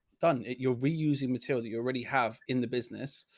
done. you're reusing material that you already have in the business.